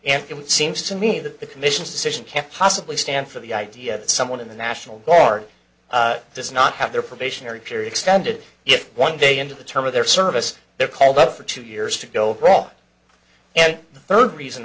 it seems to me that the commission's decision can't possibly stand for the idea that someone in the national guard does not have their probationary period extended if one day into the term of their service they're called up for two years to go wrong and the third reason